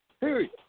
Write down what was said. Period